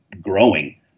growing